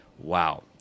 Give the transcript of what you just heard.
Wow